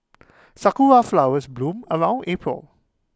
Sakura Flowers bloom around April